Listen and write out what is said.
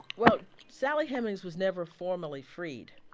well, sally hemings was never formally freed.